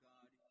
God